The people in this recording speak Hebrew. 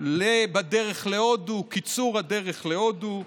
בדרך להודו, קיצור הדרך להודו,